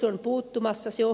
se on hyvä asia